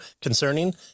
concerning